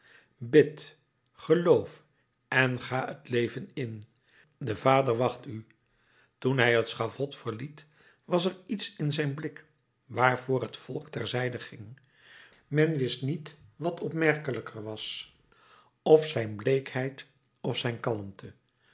bid geloof en ga het leven in de vader wacht u toen hij het schavot verliet was er iets in zijn blik waarvoor het volk ter zijde ging men wist niet wat opmerkelijker was f zijn bleekheid f zijn kalmte